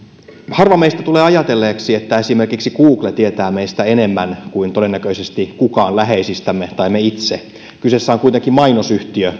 harva meistä tulee ajatelleeksi että esimerkiksi google tietää meistä enemmän kuin todennäköisesti kukaan läheisistämme tai me itse kyseessä on kuitenkin mainosyhtiö